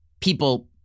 people